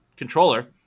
controller